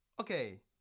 Okay